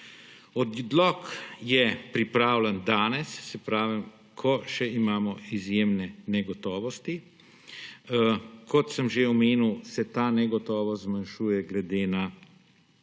Odlok je pripravljen danes, saj pravim, ko še imamo izjemne negotovosti. Kot sem že omenil, se ta negotovost zmanjšuje glede na